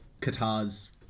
Qatar's